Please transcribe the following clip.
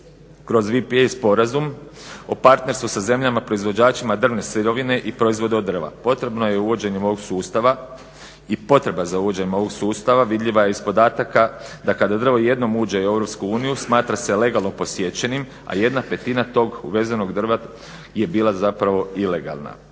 kroz VPS sporazum o prartnerstvu sa zemljama proizvođačima drvne sirovine i proizvode od drva. Potrebno je uvođenje ovog sustav i potreba za uvođenjem ovog sustav vidljiva je iz podataka da kada drvo jednom uđe u Europsku uniju smatra se legalno posječenim a jedna petina tog vezanog drva je bila zapravo ilegalna.